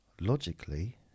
logically